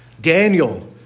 Daniel